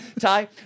Ty